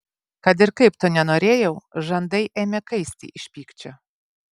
kad ir kaip to nenorėjau žandai ėmė kaisti iš pykčio